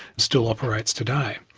still operates today.